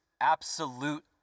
absolute